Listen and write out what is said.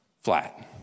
Flat